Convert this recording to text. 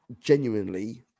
genuinely